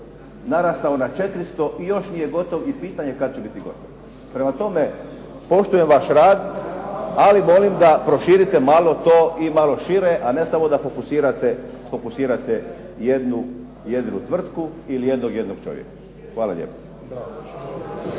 narastao na 400 i još nije gotov, i pitanje je kad će biti gotov. Prema tome, poštujem vaš rad, ali molim da proširite malo to i malo šire, a ne samo da fokusirate jednu tvrtku ili jednog jedinog čovjeka. Hvala lijepa.